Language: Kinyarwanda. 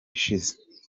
ishize